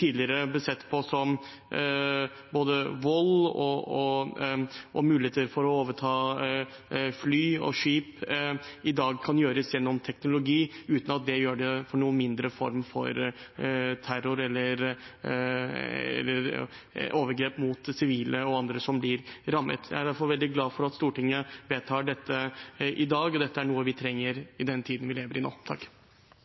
tidligere ble brukt vold som mulighet for å overta fly og skip, kan det i dag gjøres gjennom teknologi – uten at det gjør det til noen mindre form for terror eller overgrep mot sivile og andre som blir rammet. Jeg er derfor veldig glad for at Stortinget vedtar dette i dag. Dette er noe vi trenger